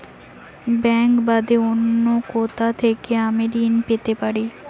Bank বাদে অন্য কোথা থেকে আমি ঋন পেতে পারি?